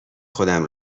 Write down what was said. خودم